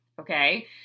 okay